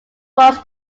was